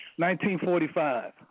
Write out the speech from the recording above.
1945